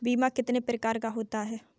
बीमा कितने प्रकार का होता है?